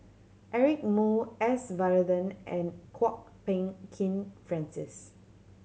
Eric Moo S Varathan and Kwok Peng Kin Francis